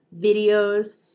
videos